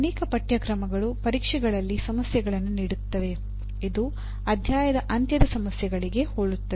ಅನೇಕ ಪಠ್ಯಕ್ರಮಗಳು ಪರೀಕ್ಷೆಗಳಲ್ಲಿ ಸಮಸ್ಯೆಗಳನ್ನು ನೀಡುತ್ತವೆ ಇದು ಅಧ್ಯಾಯದ ಅಂತ್ಯದ ಸಮಸ್ಯೆಗಳಿಗೆ ಹೋಲುತ್ತದೆ